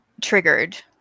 triggered